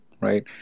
right